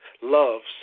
loves